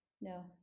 no